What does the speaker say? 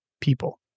people